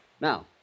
Now